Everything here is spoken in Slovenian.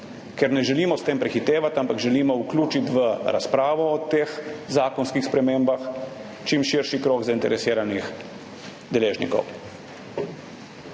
ker ne želimo s tem prehitevati, ampak želimo vključiti v razpravo o teh zakonskih spremembah čim širši krog zainteresiranih deležnikov.